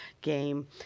game